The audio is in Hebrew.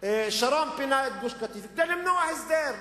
שרון פינה את גוש-קטיף כדי למנוע הסדר,